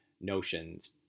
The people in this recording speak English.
notions